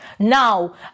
Now